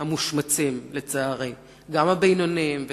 שלצערי בטיפשות הם מושמצים,